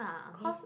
cause